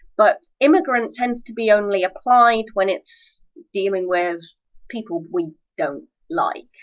but immigrant tends to be only applied when it's dealing with people we don't like.